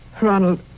Ronald